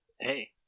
hey